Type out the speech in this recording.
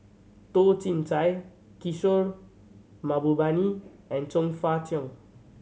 Toh Chin Chye Kishore Mahbubani and Chong Fah Cheong